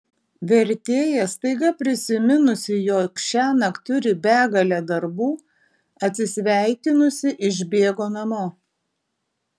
vertėja staiga prisiminusi jog šiąnakt turi begalę darbų atsisveikinusi išbėgo namo